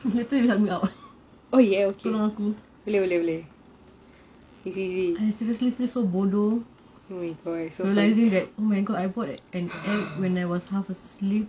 later you help me out tolong aku I seriously feel so bodoh realising I bought an app when I was half asleep